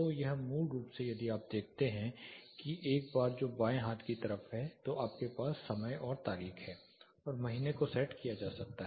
तो यह मूल रूप से यदि आप देखते हैं कि एक बार है जो बाएं हाथ की तरफ है तो आपके पास समय और तारीख है और महीने को सेट किया जा सकता है